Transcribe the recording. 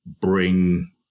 bring